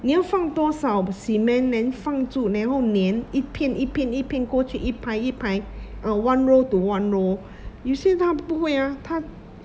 你要放多少 cement then 放住然后粘一片一片过去一排一排 uh one row to one row 有些他不会 ah 他